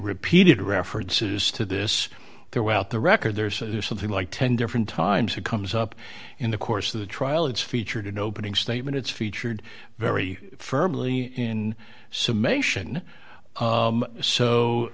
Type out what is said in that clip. repeated references to this throughout the record there says something like ten different times it comes up in the course of the trial it's featured in opening statement it's featured very firmly in sum